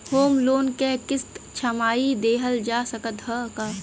Home loan क किस्त छमाही देहल जा सकत ह का?